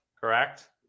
correct